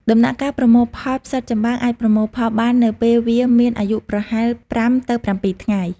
ដំណាក់កាលប្រមូលផលផ្សិតចំបើងអាចប្រមូលផលបាននៅពេលវាមានអាយុប្រហែល ៥ ទៅ ៧ ថ្ងៃ។